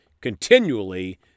continually